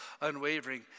Unwavering